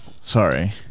Sorry